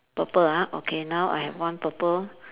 purple ah okay now I have one purple